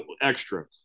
extra